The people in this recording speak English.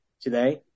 today